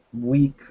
week